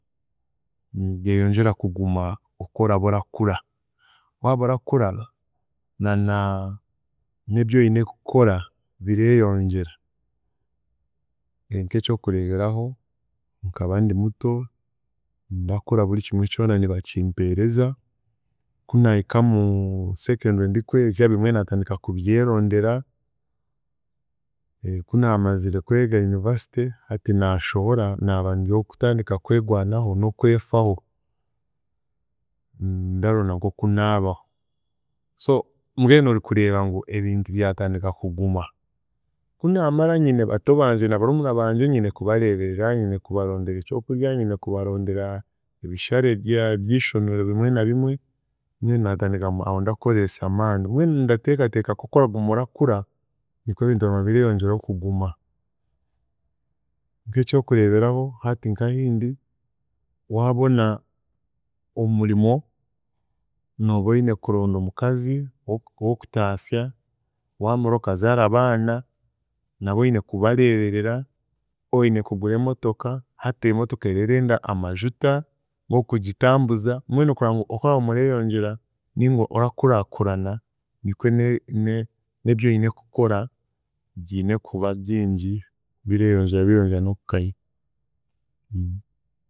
NIbyeyongyera kuguma oku oraba arakura, waaba orakura na- na n'ebyoine kukora bireeyongyera nk'eky'okureeberaho nkaba ndimuto ndakura buri kimwe kyona nibakimpereza kunahika mu secondary ndikwega bimwe naatandika kubyerondera kunaamazire kwega university, hati naashohora naaba ndi ow'okutandika kwegwanaho n'okwefaho ndaronda nk'oku naabaho so mbwenu orikureeba ngu ebintu byatandika kuguma, kunaamara nyine bato bangye na barumuna bangye nyine kubareeberera, nyine kubarondera ekyokudya, nyine kubarondera ebishare bya by'ishomero bimwe na bimwe mbwenu naatandika aho ndakoresa amaani. Mbwenu ndateekateeka nk'oku oraguma orakura, nikwe ebintu biraguma bireeyongyeraho kuguma, nk'ekyokureeberaho hati nk'ahindi, waabona omurimo nooba oine kuronda omukazi owo- ow'okutaasa, waamara okazaara obaana nabo oine kubareeberera, oine kugura emotooka hati emotooka era erenda amajuta g'okugitambuza mbwenu kura ngu okworaguma oreeyongyera ninga orakuraakurana nikwe ne- ne- n'ebyoine kukora byine kuba byingi bireeyongyera, bireeyongyera n'okukanya.